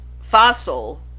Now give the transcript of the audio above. fossil